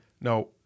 no